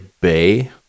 bay